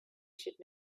should